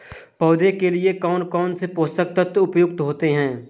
पौधे के लिए कौन कौन से पोषक तत्व उपयुक्त होते हैं?